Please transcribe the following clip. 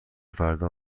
فردا